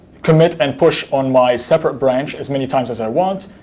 commit and push on my separate branch as many times as i want,